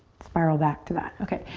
spiral back to that. okay,